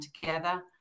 together